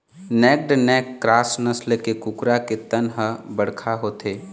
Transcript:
naked neck cross नसल के कुकरा के तन ह बड़का होथे